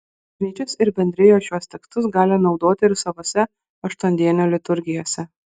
bažnyčios ir bendrijos šiuos tekstus gali naudoti ir savose aštuondienio liturgijose